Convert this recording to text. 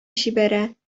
җибәрә